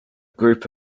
group